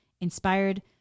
inspired